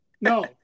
No